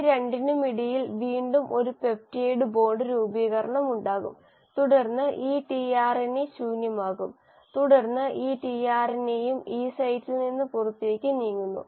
ഈ 2 നും ഇടയിൽ വീണ്ടും ഒരു പെപ്റ്റൈഡ് ബോണ്ട് രൂപീകരണം ഉണ്ടാകും തുടർന്ന് ഈ ടിആർഎൻഎ ശൂന്യമാകും തുടർന്ന് ഈ ടിആർഎൻഎയും ഇ സൈറ്റിൽ നിന്ന് പുറത്തേക്ക് നീങ്ങുന്നു